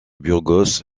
burgos